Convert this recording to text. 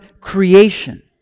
creation